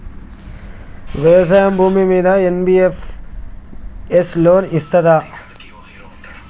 వ్యవసాయం భూమ్మీద NBFS loan ఇస్తదా?